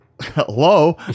hello